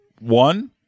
one